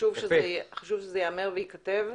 חשוב שזה ייאמר וייכתב.